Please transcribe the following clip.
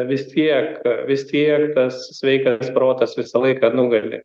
vis tiek vis tiek tas sveikas protas visą laiką nugali